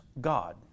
God